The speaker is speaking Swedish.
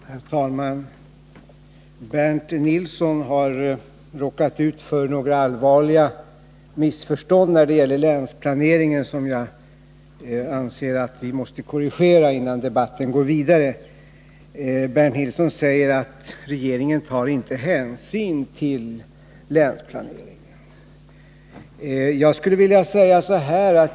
Herr talman! Bernt Nilsson har när det gäller länsplaneringen råkat ut för några allvarliga missförstånd, som jag anser att vi måste korrigera innan debatten går vidare. Bernt Nilsson säger att regeringen inte tar hänsyn till länsplaneringen.